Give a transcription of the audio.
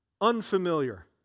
unfamiliar